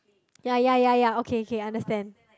ya ya ya ya okay understand